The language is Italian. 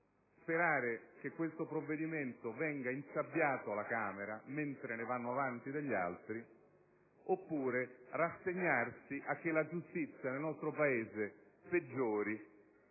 sperare che questo provvedimento venga insabbiato alla Camera mentre ne vanno avanti altri, oppure rassegnarsi alla circostanza che nel nostro Paese la